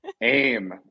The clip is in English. Aim